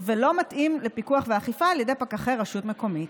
ולא מתאים לפיקוח ואכיפה על ידי פקחי רשות מקומית.